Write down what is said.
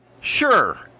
Sure